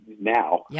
now